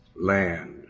land